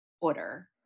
order